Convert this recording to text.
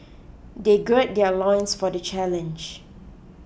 they gird their loins for the challenge